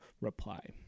reply